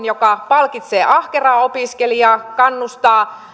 joka palkitsee ahkeraa opiskelijaa kannustaa